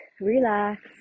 relax